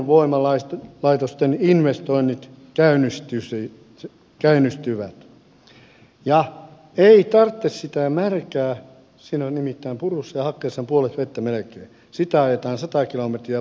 näin puupolttoainevoimalaitosten investoinnit käynnistyvät ja ei tarvita sitä märkää nimittäin purussa ja hakkeessa on melkein puolet vettä ja sitä ajetaan sata kilometriä paikasta toiseen